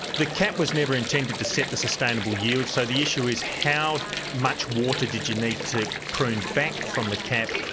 the cap was never intended to set the sustainable yield, so the issue is how much water did you need to prune back from the cap?